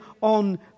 on